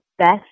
best